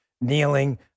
kneeling